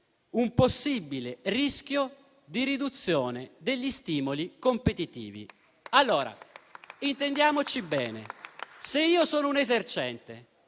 un possibile rischio di riduzione degli stimoli competitivi. Intendiamoci bene: se io sono un esercente